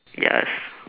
yes